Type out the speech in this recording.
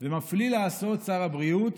ומפליא לעשות שר הבריאות,